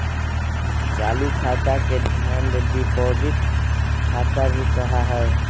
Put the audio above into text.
चालू खाता के डिमांड डिपाजिट खाता भी कहा हई